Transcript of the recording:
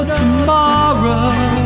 tomorrow